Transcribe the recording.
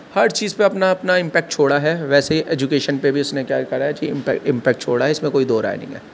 ہر چیز پہ اپنا اپنا امپیکٹ چھوڑا ہے ویسے ایجوکیشن پہ بھی اس نے کیا کرا ہے کہ امپیکٹ چھوڑا ہے اس میں کوئی دو رائے نہیں ہے